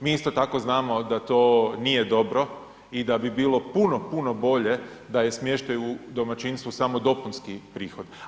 Mi isto tako znamo da to nije dobro i da bi bilo puno, puno bolje da je smještaj u domaćinstvu samo dopunski prihod.